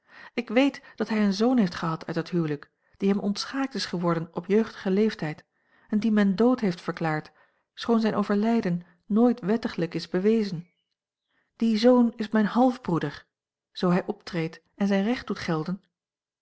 ik weet dat hij een zoon heeft gehad uit dat huwelijk die hem ontschaakt is geworden op jeugdigen leeftijd en dien men dood heeft verklaard schoon zijn overlijden nooit wettiglijk is bewezen die zoon is mijn half broeder zoo hij optreedt en zijn recht doet gelden